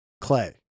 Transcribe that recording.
clay